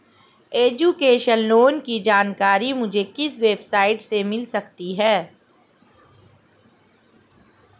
Education loan की जानकारी मुझे किस वेबसाइट से मिल सकती है?